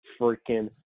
freaking